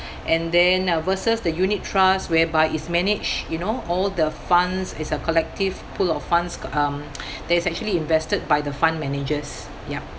and then uh versus the unit trust whereby it's managed you know all the funds it's a collective pool of funds um that is actually invested by the fund managers yup